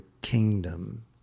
kingdom